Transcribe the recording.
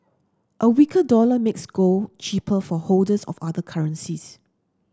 a weaker dollar makes gold cheaper for holders of other currencies